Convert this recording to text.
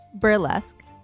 Burlesque